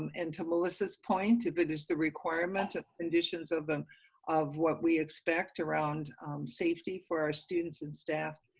um and to melissa's point, if it is the requirement of conditions of and of what we expect around safety for our students and staff,